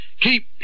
Keep